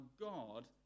God